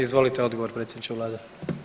Izvolite odgovor predsjedniče vlade.